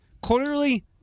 quarterly